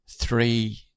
three